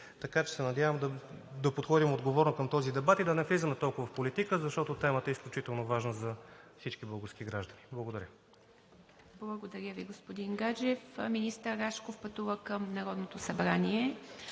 така че се надявам да подходим отговорно към този дебат, да не влизаме толкова в политика, защото темата е изключително важна за всички български граждани. Благодаря. ПРЕДСЕДАТЕЛ ИВА МИТЕВА: Благодаря Ви, господин Гаджев. Министър Рашков пътува към Народното събрание.